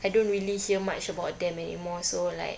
I don't really hear much about them anymore so like